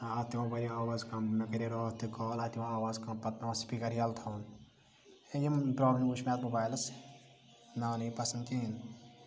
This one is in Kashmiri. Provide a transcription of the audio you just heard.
اتھ یِوان واریاہ آواز کم مےٚ کَرے راتھ تہِ کال اَتہِ یِوان آواز کم پَتہٕ پیٚوان سپیٖکَر یَلہٕ تھاوُن یِم پرابلِمِز چھِ مےٚ اتھ موبایلَس مےٚ آو نہٕ یہِ پَسَنٛد کِہیٖنۍ